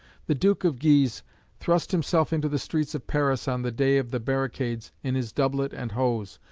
the duke of guise thrust himself into the streets of paris on the day of the barricades in his doublet and hose,